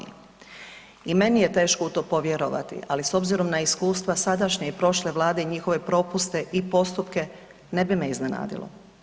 I meni je teško u to povjerovati, ali s obzirom na iskustva sadašnje i prošle Vlade i njihove propuste i postupke, ne bi me iznenadilo.